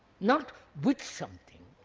not with something,